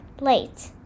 late